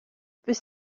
peut